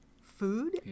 food